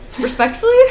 Respectfully